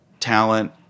talent